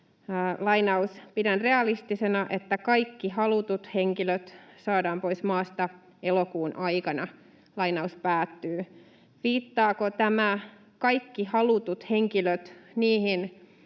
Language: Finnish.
”pidän realistisena, että kaikki halutut henkilöt saadaan pois maasta elokuun aikana”. Viittaako tämä ”kaikki halutut henkilöt” niihin